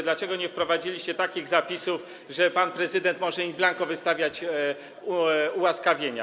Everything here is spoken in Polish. Dlaczego nie wprowadziliście takich zapisów, żeby pan prezydent mógł in blanco wystawiać ułaskawienia?